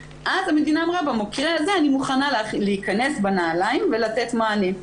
אז המדינה אמרה שבמקרה הזה היא מוכנה להיכנס בנעליים ולתת מענים.